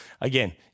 again